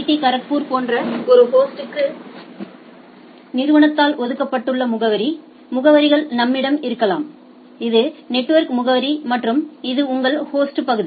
D Kharagpur போன்ற ஒரு ஹோஸ்டுக்கு நிறுவனத்தால் ஒதுக்கப்பட்டுள்ள முகவரி முகவரிகள் நம்மிடம் இருக்கலாம் இது நெட்வொர்க் முகவரி மற்றும் இது உங்கள் ஹோஸ்ட் பகுதி